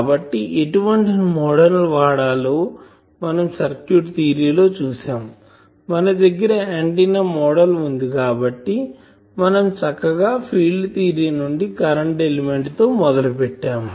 కాబట్టి ఎటువంటి మోడల్ ని వాడాలో మనం సర్క్యూట్ థియరీ లో చూసాము మన దగ్గర ఆంటిన్నా మోడల్ వుంది కాబట్టి మనం చాలా చక్కగా ఫీల్డ్ థియరీ నుండి కరెంటు ఎలిమెంట్ తో మొదలు పెట్టాము